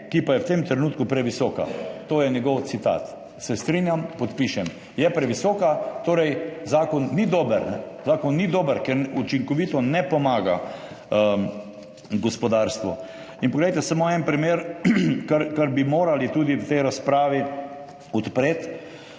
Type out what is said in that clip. ki pa je v tem trenutku previsoka.« To je njegov citat. Se strinjam, podpišem, je previsoka, torej zakon ni dober, zakon ni dober, ker ne pomaga gospodarstvu učinkovito. Poglejte samo en primer, ki bi ga morali tudi v tej razpravi odpreti.